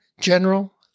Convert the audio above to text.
general